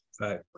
right